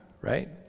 right